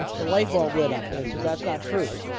the light bulb lit up, and it says that's not true,